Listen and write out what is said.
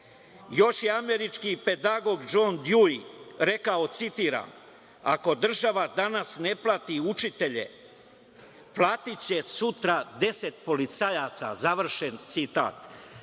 još je američki pedagog DŽon Djui rekao, citiram – „Ako država danas ne plati učitelje, platiće sutra 10 policajaca“, završen citat.